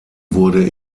wurde